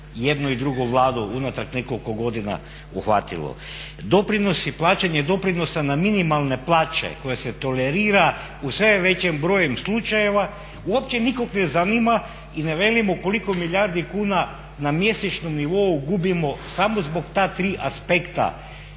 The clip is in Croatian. jednu i drugu Vladu unatrag nekoliko godina uhvatilo. Doprinosi i plaćanje doprinosa na minimalne plaće koje se tolerira u sve većem broju slučajeva uopće nikom ne zanima i ne velimo koliko milijardi kuna na mjesečnom nivou gubimo samo zbog ta tri aspekta.